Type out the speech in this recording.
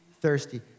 thirsty